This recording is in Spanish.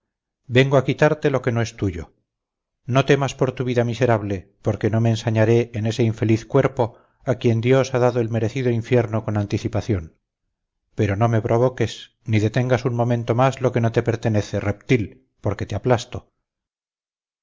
vengo a quitarte lo que no es tuyo no temas por tu miserable vida porque no me ensañaré en ese infeliz cuerpo a quien dios ha dado el merecido infierno con anticipación pero no me provoques ni detengas un momento más lo que no te pertenece reptil porque te aplasto